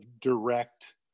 direct